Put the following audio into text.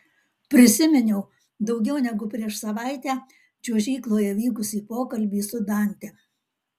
prisiminiau daugiau negu prieš savaitę čiuožykloje vykusį pokalbį su dante